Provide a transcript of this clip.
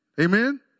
Amen